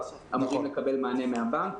אמורים לקבל מענה מהבנק.